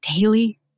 daily